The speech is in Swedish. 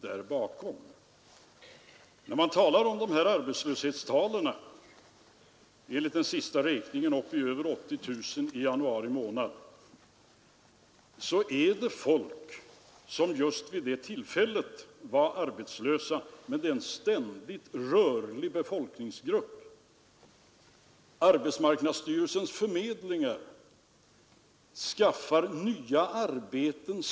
Det kommer att fordra en rörlighet bland befolkningen som man inte klarar med bara pendling, och det kommer att innebära en arbetsmarknadspolitik som befrämjar rörligheten — en rörlighet som ibland tvingas gå över länsgränserna.